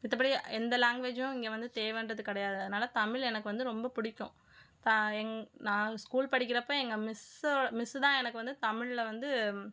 மத்தப்படி எந்த லாங்வேஜும் இங்கே வந்து தேவைன்றது கிடையாது அதனால தமிழ் எனக்கு வந்து ரொம்ப பிடிக்கும் இப்போ எங்க நான் ஸ்கூல் படிக்கிறப்போ எங்கள் மிஸ்ஸோ மிஸ்ஸு தான் எனக்கு வந்து தமிழில் வந்து